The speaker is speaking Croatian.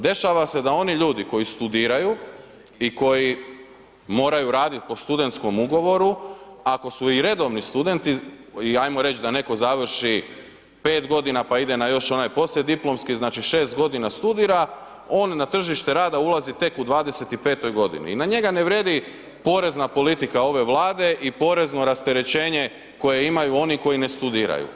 Dešava se da oni ljudi koji studiraju i koji moraju radit po studentskom ugovoru, ako su i redovni studenti i ajmo reć da netko završi 5 g. pa ide na još onaj poslijediplomski, znači 6 g. studira, on na tržište rada ulazi tek u 25-toj godini i na njega ne vrijedi porezna politika ove Vlade i porezno rasterećenje koje imaju oni koji ne studiraju.